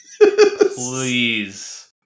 Please